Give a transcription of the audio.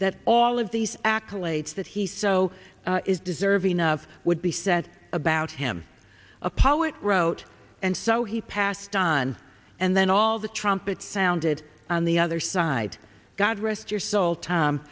that all of these accolades that he so is deserving of would be said about him a poet wrote and so he passed on and then all the trumpets sounded on the other side god rest your soul t